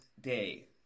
day